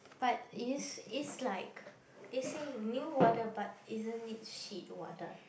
but is is like it say Newater but isn't it shit water